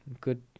good